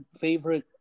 favorite